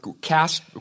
cast